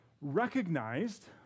recognized